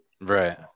right